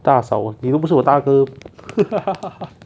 大嫂我又你不是我大哥